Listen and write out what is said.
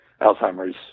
Alzheimer's